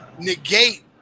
negate